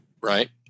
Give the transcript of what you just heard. Right